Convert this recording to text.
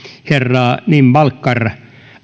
herra nimbalkar